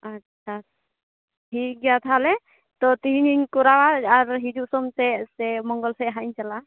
ᱟᱪᱪᱷᱟ ᱴᱷᱤᱠ ᱜᱮᱭᱟ ᱛᱟᱦᱚᱞᱮ ᱛᱚ ᱛᱤᱦᱤᱧᱤᱧ ᱠᱚᱨᱟᱣᱟ ᱟᱨ ᱦᱤᱡᱩᱜ ᱥᱚᱢᱛᱮ ᱥᱮ ᱢᱚᱝᱜᱚᱞ ᱥᱮᱫ ᱦᱟᱸᱜ ᱤᱧ ᱪᱟᱞᱟᱜᱼᱟ